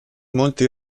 molto